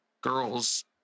girl's